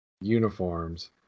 uniforms